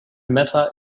matter